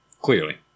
Clearly